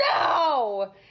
no